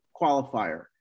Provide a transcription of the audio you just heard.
qualifier